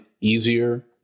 easier